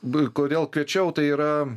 kodėl kviečiau tai yra